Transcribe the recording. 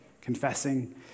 confessing